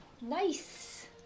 Nice